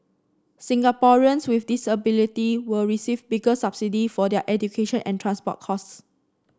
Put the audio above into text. Singaporeans with disability will receive bigger subsidy for their education and transport costs